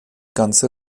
ganzen